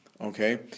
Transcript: Okay